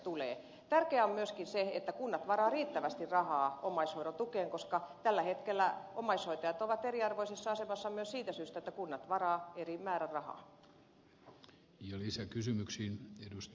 tärkeää on myöskin se että kunnat varaavat riittävästi rahaa omaishoidon tukeen koska tällä hetkellä omaishoitajat ovat eriarvoisessa asemassa myös siitä syystä että kunnat varaavat eri määrän rahaa